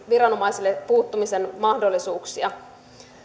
viranomaisille puuttumisen mahdollisuuksia